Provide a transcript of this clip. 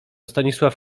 stanisław